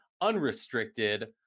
unrestricted